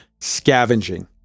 scavenging